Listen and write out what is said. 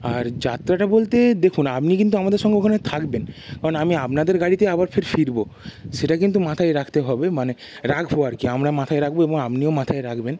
আর যাত্রাটা বলতে দেখুন আপনি কিন্তু আমাদের সঙ্গে ওখানে থাকবেন কারণ আমি আপনাদের গাড়িতেই আবার ফের ফিরব সেটা কিন্তু মাথায় রাখতে হবে মানে রাখব আর কি আমরা মাথায় রাখব এবং আপনিও মাথায় রাখবেন